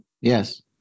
Yes